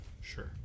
Sure